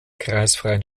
kreisfreien